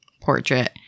portrait